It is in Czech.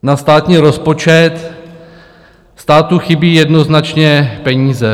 Na státní rozpočet státu chybí jednoznačně peníze.